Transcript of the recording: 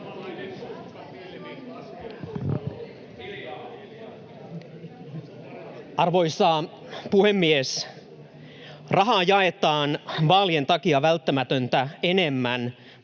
Arvoisa puhemies! ”Rahaa jaetaan vaalien takia välttämätöntä enemmän.